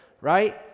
right